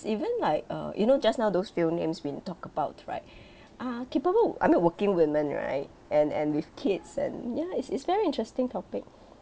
even like uh you know just now those few names we talk about right are capable I mean working women right and and with kids and ya it's it's very interesting topic